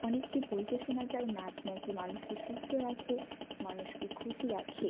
অনেককে বলতে শোনা যায় নাচ নাকি মানুষকে সুস্থ রাখে মানুষকে খুশি রাখে